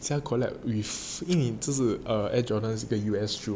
现在 collect is 就是 err air jordan 跟 U_S three